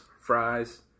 fries